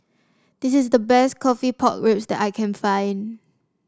this is the best coffee Pork Ribs that I can find